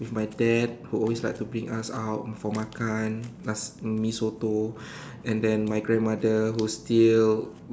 with my dad who always like to bring us out for makan nas~ uh Mee-Soto and then my grandmother who's still